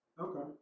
Okay